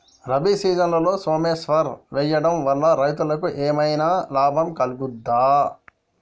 రబీ సీజన్లో సోమేశ్వర్ వేయడం వల్ల రైతులకు ఏమైనా లాభం కలుగుద్ద?